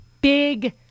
big